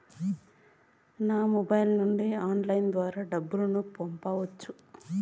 నా మొబైల్ నుండి ఆన్లైన్ ద్వారా డబ్బును పంపొచ్చా